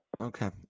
Okay